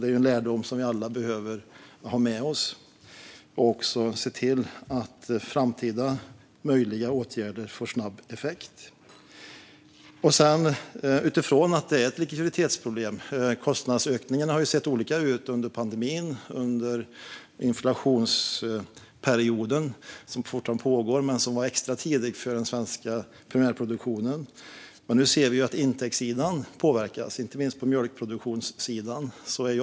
Det är en lärdom som vi alla behöver ha med oss för att se till att framtida möjliga åtgärder får snabb effekt. Utifrån att det är ett likviditetsproblem har kostnadsökningarna sett olika ut under pandemin och under inflationsperioden, som fortfarande pågår men som började extra tidigt för den svenska primärproduktionen. Men nu ser vi att intäktssidan påverkas, inte minst för mjölkproduktionen.